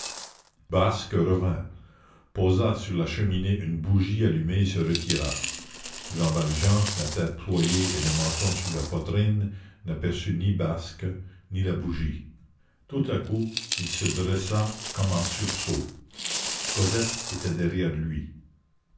basque revint posa sur la cheminée une bougie allumée et se retira jean valjean la tête ployée et le menton sur la poitrine n'aperçut ni basque ni la bougie tout à coup il se dressa comme en sursaut cosette était derrière lui